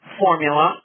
formula